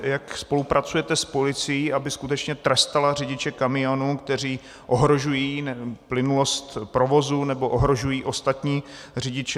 Jak spolupracujete s policií, aby skutečně trestala řidiče kamionů, kteří ohrožují plynulost provozu nebo ohrožují ostatní řidiče?